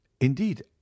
indeed